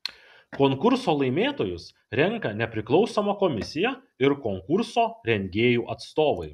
konkurso laimėtojus renka nepriklausoma komisija ir konkurso rengėjų atstovai